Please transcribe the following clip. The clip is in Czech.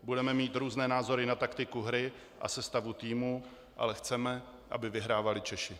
Budeme mít různé názory na taktiku hry a sestavu týmu, ale chceme, aby vyhrávali Češi.